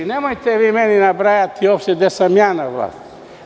Nemojte vi meni nabrajati opštine gde sam ja na vlasti.